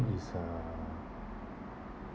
is uh